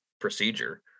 procedure